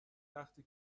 وقتی